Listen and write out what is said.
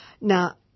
Now